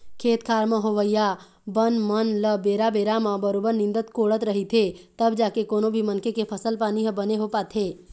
खेत खार म होवइया बन मन ल बेरा बेरा म बरोबर निंदत कोड़त रहिथे तब जाके कोनो भी मनखे के फसल पानी ह बने हो पाथे